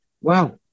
wow